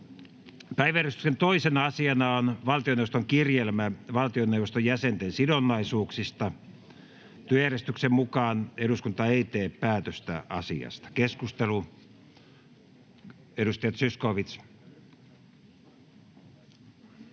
Päiväjärjestyksen 2. asiana on valtioneuvoston kirjelmä valtioneuvoston jäsenten sidonnaisuuksista. Työjärjestyksen mukaan eduskunta ei tee päätöstä asiasta. — Keskustelu, edustaja Zyskowicz.